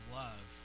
love